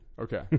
Okay